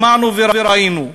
שמענו וראינו.